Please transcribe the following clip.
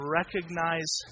recognize